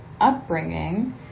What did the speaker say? upbringing